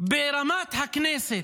ברמת הכנסת.